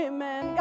Amen